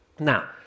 Now